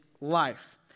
life